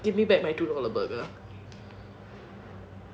give me back my two dollar burger